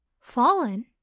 fallen